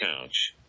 couch